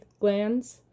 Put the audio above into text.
glands